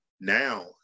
Now